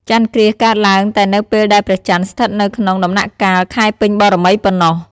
ចន្ទគ្រាសកើតឡើងតែនៅពេលដែលព្រះចន្ទស្ថិតនៅក្នុង ដំណាក់កាលខែពេញបូរមីប៉ុណ្ណោះ ។